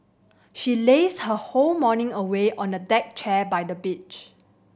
she lazed her whole morning away on a deck chair by the beach